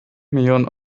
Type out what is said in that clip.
millionen